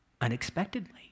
unexpectedly